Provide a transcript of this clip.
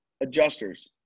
adjusters